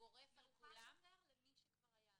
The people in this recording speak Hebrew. ההבנה היא שמי שכבר עכשיו מותקנות אצלו מצלמות